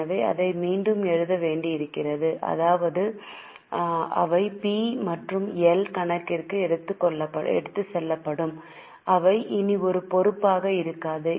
எனவே அதை மீண்டும் எழுத வேண்டியிருக்கும் அதாவது அவை பி மற்றும் எல் கணக்கிற்கு எடுத்துச் செல்லப்படும் அவை இனி ஒரு பொறுப்பாக இருக்காது